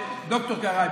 ד"ר קרעי,